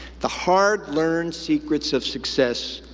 the hard-learned secrets of success,